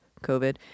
COVID